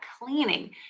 cleaning